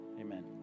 amen